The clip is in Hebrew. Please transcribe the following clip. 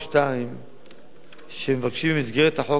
שמבקשים במסגרת החוק הזה גם לשנות,